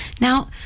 Now